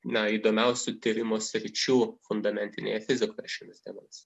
na įdomiausių tyrimo sričių fundamentinėje fizikoje šiomis dienomis